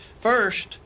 First